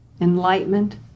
enlightenment